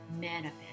manifest